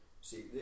see